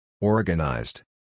Organized